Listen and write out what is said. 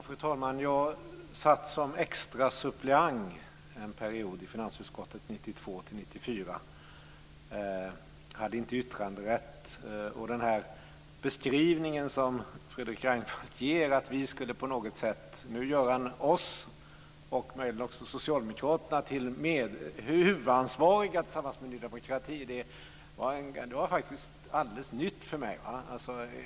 Fru talman! Jag satt som extra suppleant en period i finansutskottet 1992-1994. Jag hade inte yttranderätt. Fredrik Reinfeldt gör nu i sin beskrivning Vänsterpartiet och Socialdemokraterna tillsammans med Ny demokrati huvudansvariga. Det är alldeles nytt för mig.